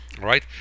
right